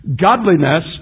Godliness